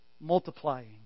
multiplying